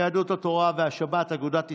יהדות התורה והשבת אגודת ישראל,